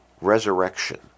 resurrection